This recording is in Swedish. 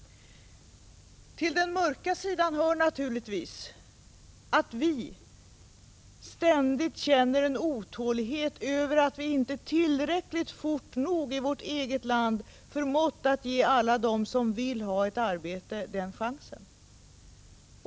Till den mörka sidan hör naturligtvis att vi ständigt känner en otålighet över att vi inte fort nog i vårt eget land förmått att ge alla dem som vill ha ett arbete den chansen.